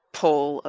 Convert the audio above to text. pull